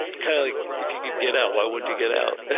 kind of like if you could get out, why wouldn't you get out